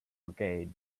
brigade